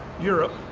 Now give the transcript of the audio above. europe.